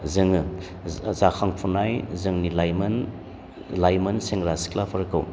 जोङो जाखांफुनाय जोंनि लाइमोन सेंग्रा सिख्लाफोरखौ